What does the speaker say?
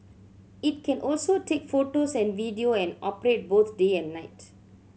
it can also take photos and video and operate both day and night